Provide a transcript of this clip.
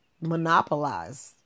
monopolized